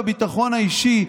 בביטחון האישי,